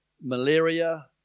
malaria